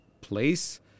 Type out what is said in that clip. place